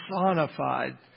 personified